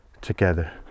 together